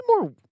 more